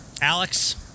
Alex